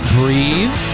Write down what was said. breathe